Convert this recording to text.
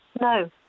No